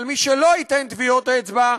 אבל מי שלא ייתן טביעות אצבע,